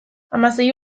hamasei